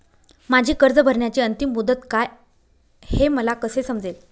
माझी कर्ज भरण्याची अंतिम मुदत काय, हे मला कसे समजेल?